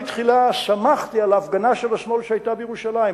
אני תחילה שמחתי על ההפגנה של השמאל שהיתה בירושלים,